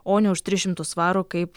o ne už tris šimtus svarų kaip